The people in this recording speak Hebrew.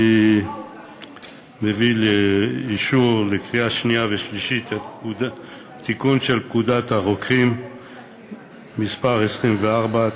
אני מביא לאישור בקריאה שנייה ושלישית את תיקון פקודת הרוקחים (מס' 24),